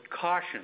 caution